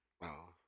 Wow